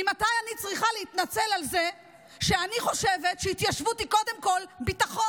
ממתי אני צריכה להתנצל על זה שאני חושבת שהתיישבות היא קודם כול ביטחון?